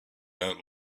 out